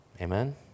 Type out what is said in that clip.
Amen